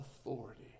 authority